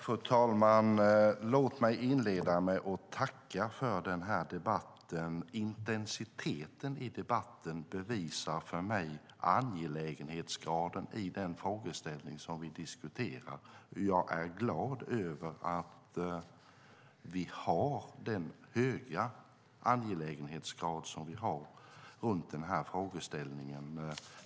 Fru talman! Låt mig inleda med att tacka för debatten. Intensiteten i debatten bevisar för mig angelägenhetsgraden i den frågeställning som vi diskuterar. Jag är glad över att vi har den höga angelägenhetsgrad vi har i den här frågeställningen.